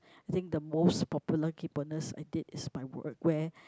I think the most popular kayponess I did is by word where